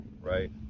right